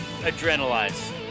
Adrenalize